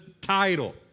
title